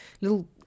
little